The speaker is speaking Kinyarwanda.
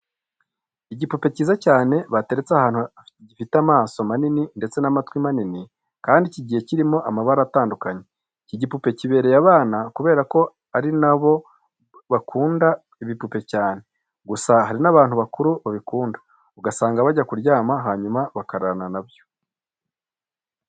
Igipupe cyiza cyane bateretse ahantu gifite amaso manini ndetse n'amatwi manini kandi kigiye kirimo amabara atandukanye. Iki gipupe kibereye abana kubera ko ari na bo bakunda ibipupe cyane. Gusa hari n'abantu bakuru babikunda ugasanga bajya kuryama hanyuma bakararana na byo.